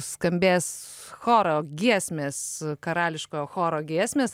skambės choro giesmės karališkojo choro giesmės